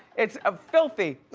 it's ah filthy.